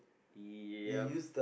yup